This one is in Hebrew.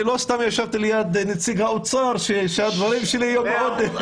אני לא סתם ישבתי ליד נציג האוצר שהדברים שלי יהיו מאוד --- מאה אחוז.